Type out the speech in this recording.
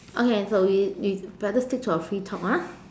okay so we we better stick to our free talk ah